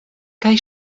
kaj